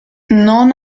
non